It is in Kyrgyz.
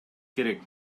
керек